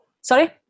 Sorry